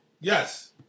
Yes